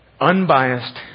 unbiased